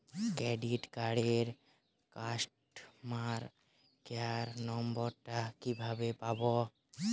Credit কার্ডের customer care number টা কিভাবে পাবো?